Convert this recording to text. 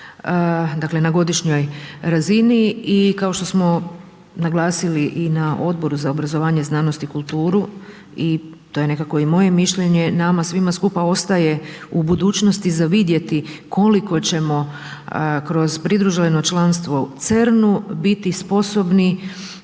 dakle na godišnjoj razini. I kao što smo naglasili i na Odboru za obrazovanje, znanost i kulturu i to je nekako i moje mišljenje nama svima skupa ostaje u budućnosti za vidjeti koliko ćemo kroz pridruženo članstvo CERN-u biti sposobni